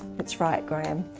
that's right, graeme,